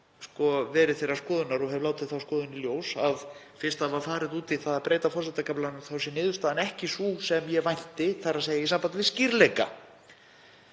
ég verið þeirrar skoðunar og hef látið þá skoðun í ljós að fyrst farið var út í að breyta forsetakaflanum sé niðurstaðan ekki sú sem ég vænti, þ.e. í sambandi við skýrleika.